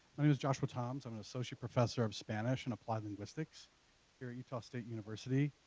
i mean is joshua thoms. i'm an associate professor of spanish and applied linguistics here at utah state university.